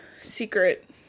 secret